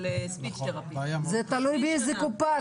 זה תלוי באיזה קופה.